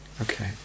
Okay